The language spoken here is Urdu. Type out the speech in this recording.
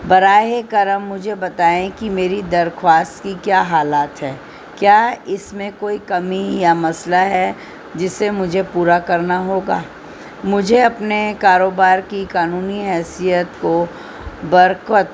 براہ کرم مجھے بتائیں کہ میری درخواست کی کیا حالت ہے کیا اس میں کوئی کمی یا مسئلہ ہے جسے مجھے پورا کرنا ہوگا مجھے اپنے کاروبار کی قانونی حیثیت کو برکت